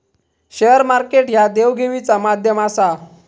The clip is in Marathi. शेअर मार्केट ह्या देवघेवीचा माध्यम आसा